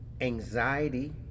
anxiety